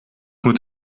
moet